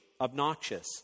obnoxious